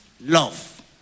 love